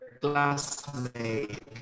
classmate